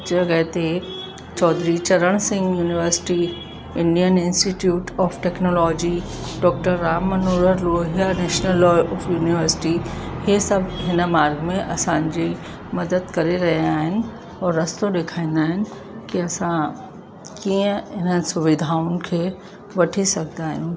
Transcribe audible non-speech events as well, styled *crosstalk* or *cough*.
जॻहि ते Chaudhary Charan Singh university Indian institute of technology doctor Ram Monera *unintelligible* national law of university हे सभु हिन मार्ग में असांजी मदद करे रहिया आहिनि और रस्तो ॾेखारींदा आहिनि कि असां कीअं हिन सुविधाउनि खे वठी सघंदा आहियूं